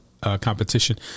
competition